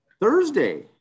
Thursday